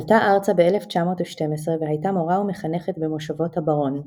עלתה ארצה ב-1912 והייתה מורה ומחנכת במושבות הברון.